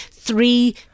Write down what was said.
three